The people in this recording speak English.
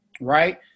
right